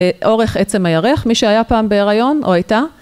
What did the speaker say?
‫אורך עצם הירח, ‫מי שהיה פעם בהיריון או הייתה.